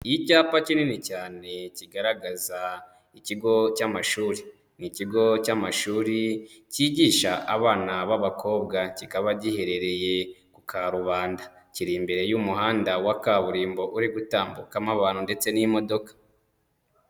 Icyapa kinini cyane kigaragaza ikigo cy'amashuri, ni ikigo cy'amashuri kigisha abana b'abakobwa kikaba giherereye ku Karubanda, kiri imbere y'umuhanda wa kaburimbo uri gutambukamo abantu ndetse n'imodoka.